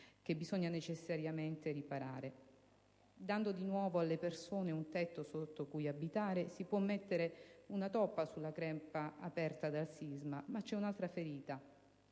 che bisogna necessariamente riparare. Dando di nuovo alle persone un tetto sotto cui abitare si può mettere una toppa sulla crepa aperta dal sisma, ma c'è un'altra ferita